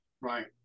Right